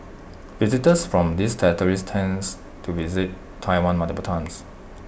visitors from these territories tends to visit Taiwan multiple times